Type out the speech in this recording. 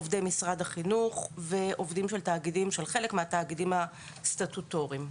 עובדי משרד החינוך ועובדים של חלק מהתאגידים הסטטוטוריים.